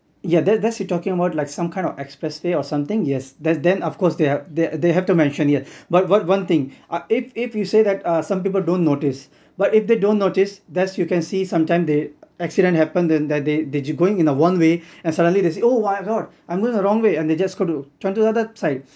yeah that that's you're talking about like some kind of expressway or something yes there's then of course they have they they have to mention here but one one thing uh if if you say that ah some people don't notice but if they don't notice that's you can see some time they accident happened than that they you going in the one way and suddenly they say oh my god I'm going the wrong way and they just go to turn to other side